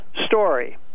story